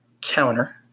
counter